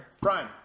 Brian